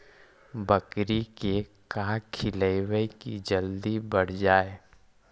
बकरी के का खिलैबै कि जल्दी बढ़ जाए?